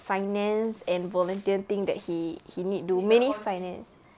finance and volunteer thing that he he need do mainly finance